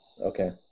Okay